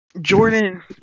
Jordan